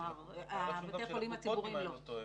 את בתי החולים הציבוריים לא.